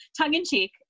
Tongue-in-cheek